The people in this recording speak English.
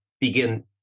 begin